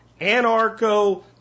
anarcho